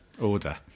order